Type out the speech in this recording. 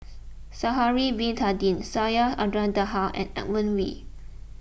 Sha'ari Bin Tadin Syed Abdulrahman Taha and Edmund Wee